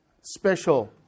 special